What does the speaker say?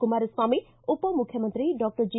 ಕುಮಾರಸ್ವಾಮಿ ಉಪಮುಖ್ಯಮಂತ್ರಿ doctor G